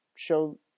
show